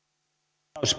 arvoisa